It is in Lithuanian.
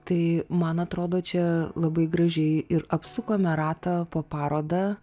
tai man atrodo čia labai gražiai ir apsukome ratą po parodą